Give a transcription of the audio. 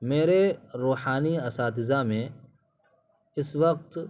میرے روحانی اساتذہ میں اس وقت